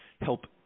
help